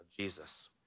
Jesus